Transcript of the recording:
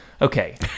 Okay